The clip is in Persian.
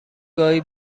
گاهی